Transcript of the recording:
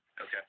Okay